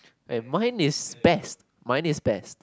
eh mine is best mine is best